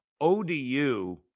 ODU